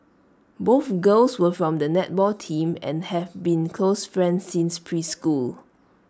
both girls were from the netball team and have been close friends since preschool